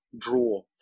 draw